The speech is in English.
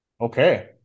Okay